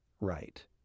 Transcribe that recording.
right